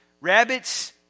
Rabbits